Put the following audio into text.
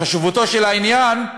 לחשיבותו של העניין,